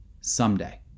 someday